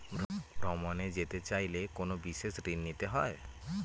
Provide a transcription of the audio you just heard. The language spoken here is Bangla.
ভ্রমণে যেতে চাইলে কোনো বিশেষ ঋণ হয়?